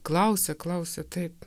klausia klausia taip